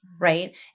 Right